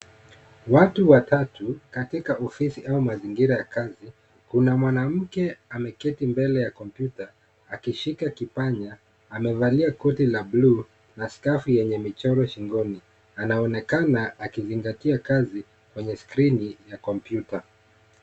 Watu watatu katika ofisi au mazingira ya kazi. Kuna mwanamke ameketi mbele ya kompyuta, akishika kipanya, amevalia koti la bluu na skafu yenye michoro shingoni. Anaonekana akizingatia kazi kwenye skrini ya kompyuta.